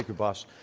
abbas.